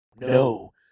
no